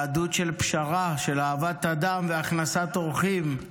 יהדות של פשרה, של אהבת אדם והכנסת אורחים.